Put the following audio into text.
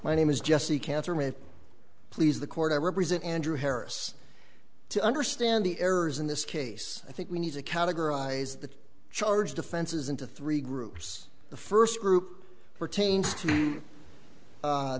my name is jesse cancer may it please the court i represent andrew harris to understand the errors in this case i think we need to categorize the charged offenses into three groups the first group pertain